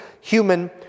human